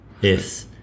Yes